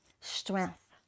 strength